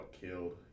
killed